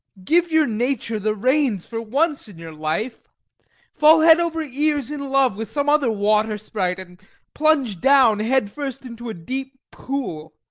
give your nature the reins for once in your life fall head over ears in love with some other water sprite and plunge down head first into a deep pool,